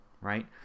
right